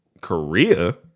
Korea